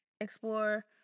explore